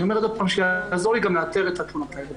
אני אומר עוד פעם שיעזור לי גם לאתר את התלונות האלה,